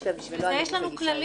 בשביל זה יש לנו כללים.